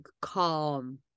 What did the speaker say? calm